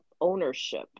ownership